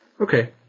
Okay